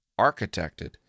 architected